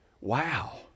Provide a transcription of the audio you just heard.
wow